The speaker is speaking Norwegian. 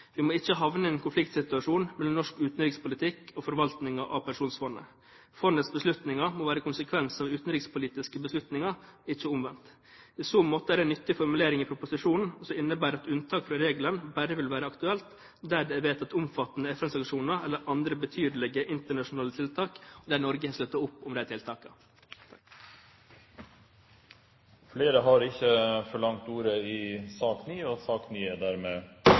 Vi må ikke havne i en konfliktsituasjon mellom norsk utenrikspolitikk og forvaltningen av pensjonsfondet. Fondets beslutninger må være en konsekvens av utenrikspolitiske beslutninger, ikke omvendt. I så måte er det en nyttig formulering i proposisjonen som innebærer at et unntak fra regelen bare vil være aktuelt der det er vedtatt omfattende FN-sanksjoner eller andre betydelige internasjonale tiltak, og der Norge slutter opp om de tiltakene. Flere har ikke bedt om ordet til sak